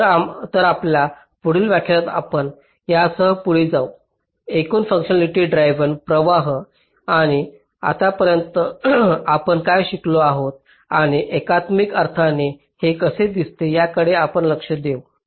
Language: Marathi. तर आपल्या पुढील व्याख्यानात आपण यासह पुढे जाऊ एकूण फुंकशनॅलिटी ड्रिव्हन प्रवाह आणि आतापर्यंत आपण काय शिकलो आहोत आणि एकात्मिक अर्थाने हे कसे दिसते याकडे आपण लक्ष देऊ